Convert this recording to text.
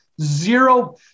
Zero